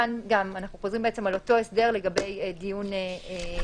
כאן אנחנו חוזרים על אותו הסדר לגבי דיון בעתירה